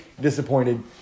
disappointed